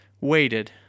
waited